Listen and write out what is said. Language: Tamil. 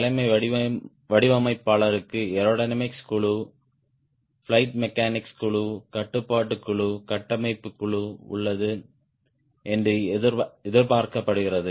தலைமை வடிவமைப்பாளருக்கு ஏரோடைனமிக்ஸ் குழு பிளையிட் மெக்கானிக்ஸ் குழு கட்டுப்பாட்டு குழு கட்டமைப்பு குழு உள்ளது என்று எதிர்பார்க்கப்படுகிறது